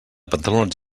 pantalons